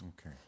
Okay